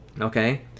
okay